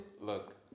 look